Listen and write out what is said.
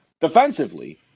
Defensively